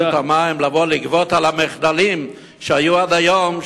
המים לבוא לגבות על המחדלים שהיו עד היום,